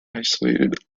isolated